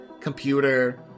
computer